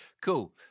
cool